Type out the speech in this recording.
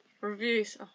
Reviews